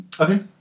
Okay